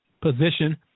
position